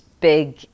big